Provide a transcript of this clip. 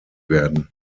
werden